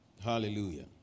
Hallelujah